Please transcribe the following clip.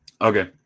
Okay